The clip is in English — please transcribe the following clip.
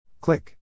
Click